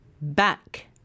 back